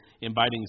inviting